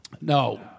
no